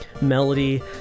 melody